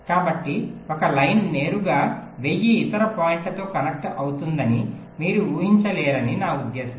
కాబట్టి ఒక లైన్ నేరుగా వెయ్యి ఇతర పాయింట్లతో కనెక్ట్ అవుతుందని మీరు ఊహించలేరని నా ఉద్దేశ్యం